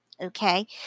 Okay